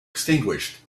extinguished